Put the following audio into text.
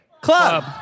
Club